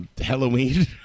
Halloween